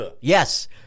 Yes